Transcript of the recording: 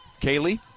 Kaylee